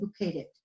educated